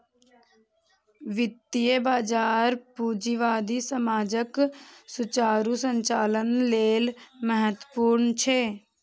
वित्तीय बाजार पूंजीवादी समाजक सुचारू संचालन लेल महत्वपूर्ण छै